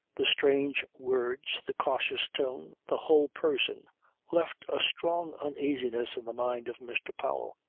the strange words, the cautious tone, the whole person left a strong uneasiness in the mind of mr. powell.